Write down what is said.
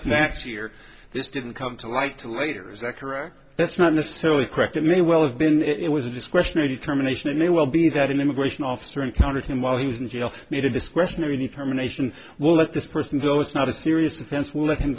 this didn't come to light later is that correct that's not necessarily correct it may well have been it was a discretionary determination it may well be that an immigration officer encountered him while he was in jail made a discretionary determination will let this person go it's not a serious offense will let him